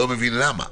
אני לא מבין למה.